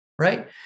right